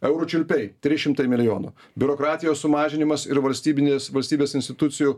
eurų čiulpiai trys šimtai milijonų biurokratijos sumažinimas ir valstybinės valstybės institucijų